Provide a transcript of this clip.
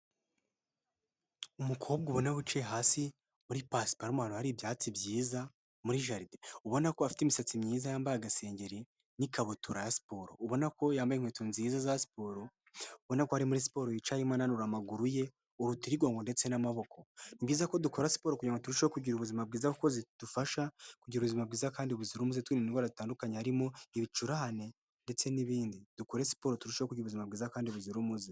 Umukobwa ubona wicaye hasi muri pasiparumu hari ibyatsi byiza muri jaride . Ubona ko afite imisatsi myiza yambaye agasengeri n'ikabutura ya siporo ,ubona ko yambaye inkweto nziza za siporo ubona akora ari muri siporo yicayemo nanura amaguru ye urutirigongo ndetse n'amaboko . Ni byiza ko dukora siporo kugira ngo turusheho kugira ubuzima bwiza kuko zidufasha kugira ubuzima bwiza kandi buzira umuze twirinda indwara zitandukanye harimo ibicurane ndetse n'ibindi dukore siporo turusha kugira ubuzima bwiza kandi buzira umuze.